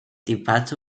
debatte